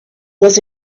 was